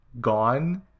gone